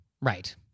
Right